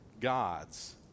God's